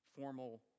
formal